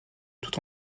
toute